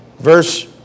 verse